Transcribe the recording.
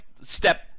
step